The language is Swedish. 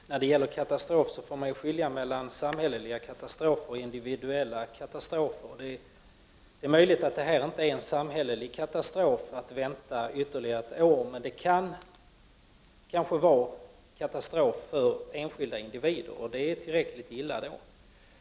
Herr talman! När det gäller begreppet katastrof får man skilja mellan samhälleliga och individuella katastrofer. Det är möjligt att det inte är en samhällelig katastrof att elever får vänta ytterligare ett år, men det kan kanske vara en katastrof för enskilda elever, och det är tillräckligt illa.